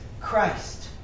Christ